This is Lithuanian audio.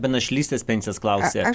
be našlystės pensijos klausia